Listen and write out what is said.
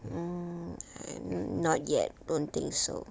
mm not yet don't think so